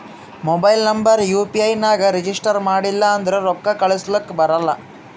mobile number U P I ನಾಗ್ register ಮಾಡಿಲ್ಲ ಅಂದುರ್ ರೊಕ್ಕಾ ಕಳುಸ್ಲಕ ಬರಲ್ಲ